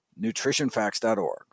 nutritionfacts.org